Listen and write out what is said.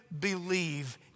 believe